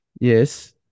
Yes